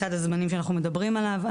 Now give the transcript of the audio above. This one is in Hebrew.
סד הזמנים שאנחנו מדברים עליו.